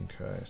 Okay